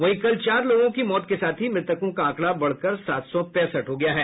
वहीं कल चार लोगों की मौत के साथ ही मृतकों का आंकड़ा बढ़कर सात सौ पैंसठ हो गया है